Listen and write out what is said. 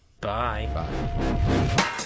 Bye